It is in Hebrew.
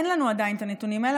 אין לנו עדיין את הנתונים האלה.